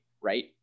Right